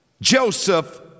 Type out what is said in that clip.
Joseph